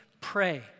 pray